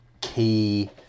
key